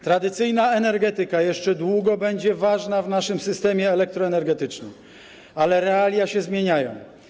Tradycyjna energetyka jeszcze długo będzie ważna w naszym systemie elektroenergetycznym, ale realia się zmieniają.